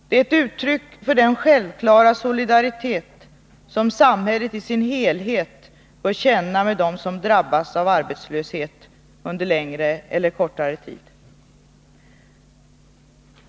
Det är ett uttryck för den självklara solidaritet som samhället i dess helhet bör känna med dem som drabbas av arbetslöshet under längre eller kortare tid.